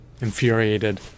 infuriated